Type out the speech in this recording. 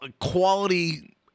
quality